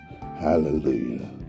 Hallelujah